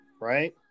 right